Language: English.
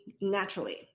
Naturally